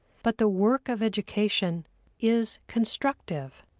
but the work of education is constructive,